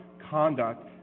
conduct